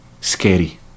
scary